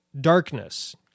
darkness